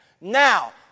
Now